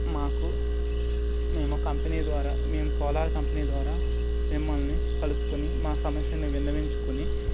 మాకు మేము కంపెనీ ద్వారా మేము సోలార్ కంపెనీ ద్వారా మిమ్మల్ని కలుసుకొని మా సమస్యను విన్నవించుకొని